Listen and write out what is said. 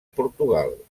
portugal